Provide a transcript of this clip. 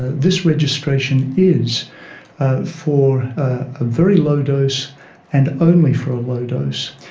this registration is ah for a very low dose and only for a low dose.